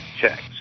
checks